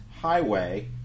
highway